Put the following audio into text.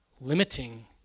limiting